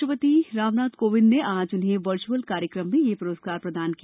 राष्ट्रपति रामनाथ कोविंद ने आज उन्हें वर्चुअल कार्यक्रम में यह पुरस्कार प्रदान किया